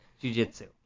Jiu-jitsu